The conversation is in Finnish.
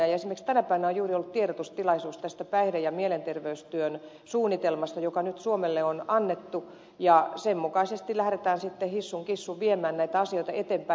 esimerkiksi tänä päivänä on juuri ollut tiedotustilaisuus tästä päihde ja mielenterveystyön suunnitelmasta joka nyt suomelle on annettu ja sen mukaisesti lähdetään sitten hissun kissun viemään näitä asioita eteenpäin